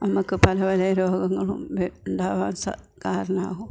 നമ്മള്ക്ക് പല പലേ രോഗങ്ങളും ഉണ്ടാവാൻ കാരണമാവും